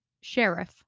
sheriff